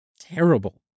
terrible